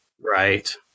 Right